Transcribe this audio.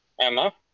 Emma